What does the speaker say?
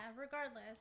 regardless